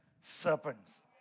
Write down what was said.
serpents